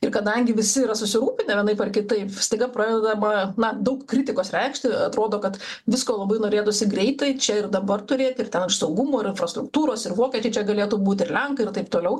ir kadangi visi yra susirūpinę vienaip ar kitaip staiga pradedama na daug kritikos reikšti atrodo kad visko labai norėtųsi greitai čia ir dabar turėti ir ten iš saugumo ir infrastruktūros ir vokiečiai čia galėtų būt ir lenkai ir taip toliau